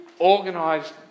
organised